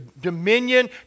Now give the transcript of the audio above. dominion